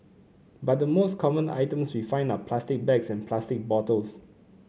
but the most common items we find are plastic bags and plastic bottles